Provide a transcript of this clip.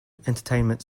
entertainment